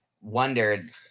wondered